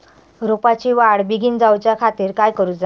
रोपाची वाढ बिगीन जाऊच्या खातीर काय करुचा?